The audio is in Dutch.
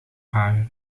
haar